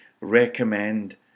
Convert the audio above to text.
recommend